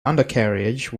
undercarriage